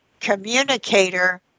communicator